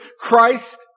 Christ